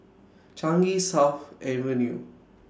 Changi South Avenue